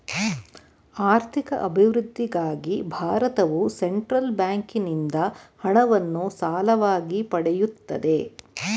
ಆರ್ಥಿಕ ಅಭಿವೃದ್ಧಿಗಾಗಿ ಭಾರತವು ಸೆಂಟ್ರಲ್ ಬ್ಯಾಂಕಿಂದ ಹಣವನ್ನು ಸಾಲವಾಗಿ ಪಡೆಯುತ್ತದೆ